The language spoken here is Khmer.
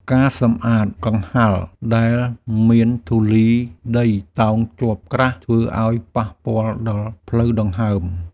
ការសម្អាតកង្ហារដែលមានធូលីដីតោងជាប់ក្រាស់ ធ្វើឱ្យប៉ះពាល់ដល់ផ្លូវដង្ហើម។